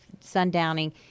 sundowning